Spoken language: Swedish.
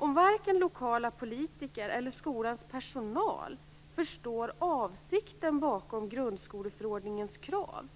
Om varken lokala politiker eller skolans personal förstår avsikten bakom grundskoleförordningens krav,